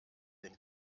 den